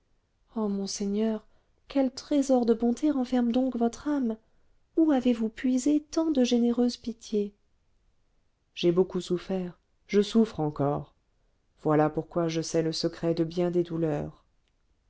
oh monseigneur quel trésor de bonté renferme donc votre âme où avez-vous puisé tant de généreuse pitié j'ai beaucoup souffert je souffre encore voilà pourquoi je sais le secret de bien des douleurs